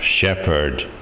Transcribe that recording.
shepherd